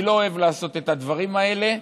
אני לא אוהב לעשות את הדברים האלה.